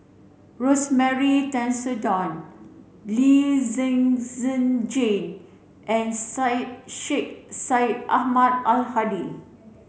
Rosemary Tessensohn Lee Zhen Zhen Jane and Syed Sheikh Syed Ahmad Al Hadi